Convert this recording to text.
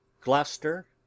Gloucester